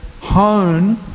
hone